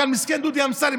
מסכן דודי אמסלם,